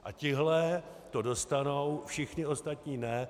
A tihle to dostanou, všichni ostatní ne.